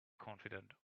confident